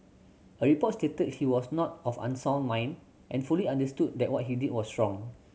a report stated he was not of unsound mind and fully understood that what he did was wrong